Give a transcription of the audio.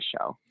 show